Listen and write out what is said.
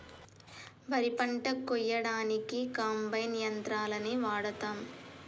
వరి పంట కోయడానికి కంబైన్ యంత్రాలని వాడతాం